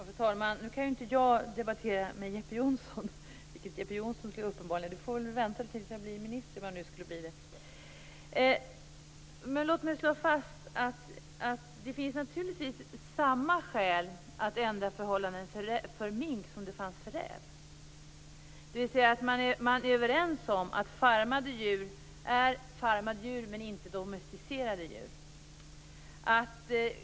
Fru talman! Nu kan ju inte jag debattera med Jeppe Johnsson. Han får väl vänta till dess att jag blir minister, om jag nu skulle bli det. Låt mig slå fast att det finns samma skäl att ändra förhållandena för mink som det fanns för räv. Man är överens om att farmade djur är farmade men inte domesticerade.